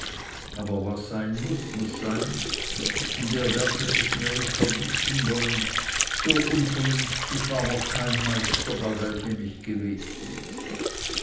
aber was sein muß muß sein und ihr werdet es mir nicht verbieten wollen so unvernünftig war noch kein meister bei welchem ich gewesen